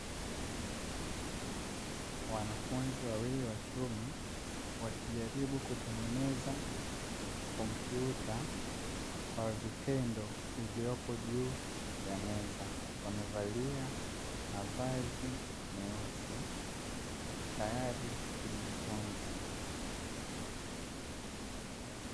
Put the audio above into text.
Wanafunzi wawili wa kiume wakijaribu kutengeneza kompyuta kwa vitendo iliyopo juu ya meza, wamevalia mavazi meusi tayari kujifunza.